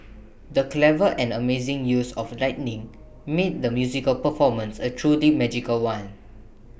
the clever and amazing use of lighting made the musical performance A truly magical one